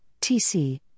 TC